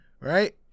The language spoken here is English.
Right